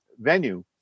venue